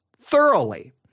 thoroughly